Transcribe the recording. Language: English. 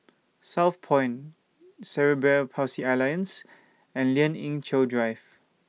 Southpoint Cerebral Palsy Alliance and Lien Ying Chow Drive